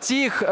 тих